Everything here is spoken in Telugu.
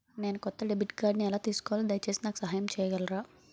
నేను కొత్త డెబిట్ కార్డ్ని ఎలా తీసుకోవాలి, దయచేసి నాకు సహాయం చేయగలరా?